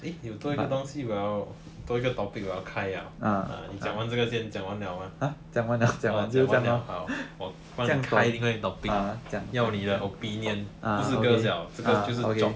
eh 有多一个东西我要多一个 topic 我要开 liao 你讲完这个先你讲完了吗讲完了好我就开另外一个 topic 要你的 opinion 不是 girls liao 这个就是 job